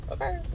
Okay